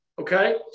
okay